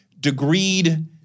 degreed